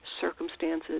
circumstances